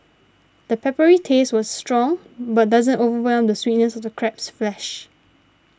the peppery taste was strong but doesn't overwhelm the sweetness of crab's flesh